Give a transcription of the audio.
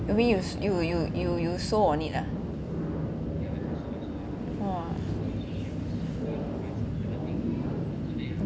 you mean you you you you sew on it ah !wah!